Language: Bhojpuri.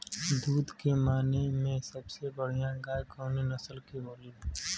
दुध के माने मे सबसे बढ़ियां गाय कवने नस्ल के होली?